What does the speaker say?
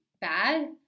bad